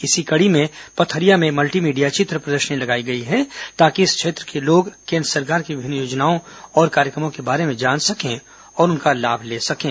इसी कड़ी में पथरिया में मल्टीमीडिया चित्र प्रदर्शनी लगाई गई है ताकि इस क्षेत्र के लोग केन्द्र सरकार की विभिन्न योजनाओं और कार्यक्रमों के बारे में जान सकें और उनका लाभ ले सकें